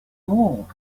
all